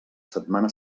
setmana